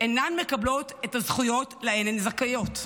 אינן מקבלות את הזכויות שהן זכאיות להן,